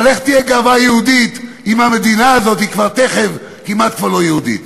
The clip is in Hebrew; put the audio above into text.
אבל איך תהיה גאווה יהודית אם המדינה הזאת כבר תכף כמעט לא יהודית?